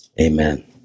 amen